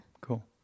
Cool